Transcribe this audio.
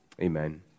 Amen